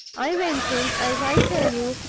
i went in, as i tell you,